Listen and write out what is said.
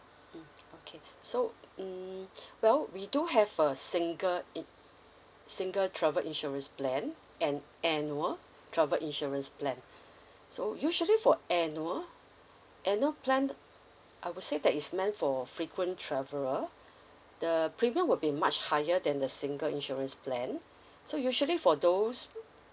mm okay so mm well we do have a single in~ single travel insurance plan and annual travel insurance plan so usually for annual annual plan I would say that is meant for frequent traveler the premium will be much higher than the single insurance plan so usually for those